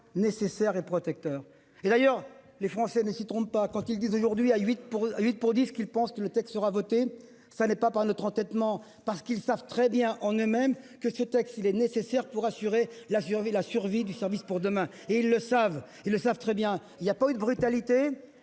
nécessaire et protecteur. Et d'ailleurs les Français ne s'y trompent pas quand ils disent aujourd'hui à 8, pour aller vite pour dire ce qu'il pense que le texte sera voté. Ça n'est pas par notre entêtement parce qu'ils savent très bien, on est même que ce texte il est nécessaire pour assurer la survie, la survie du service, pour demain et ils le savent, ils le savent très bien, il y a pas eu de brutalité.